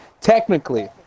technically